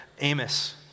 Amos